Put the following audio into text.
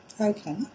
Okay